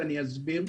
ואני אסביר.